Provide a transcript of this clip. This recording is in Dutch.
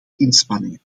inspanningen